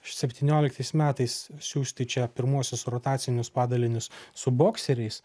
septynioliktais metais siųsti čia pirmuosius rotacinius padalinius su bokseriais